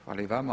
Hvala i vama.